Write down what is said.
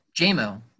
JMO